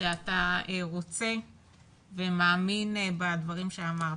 שאתה רוצה ומאמין בדברים שאמרת,